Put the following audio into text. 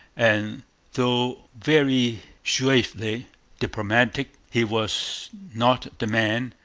and though very suavely diplomatic, he was not the man,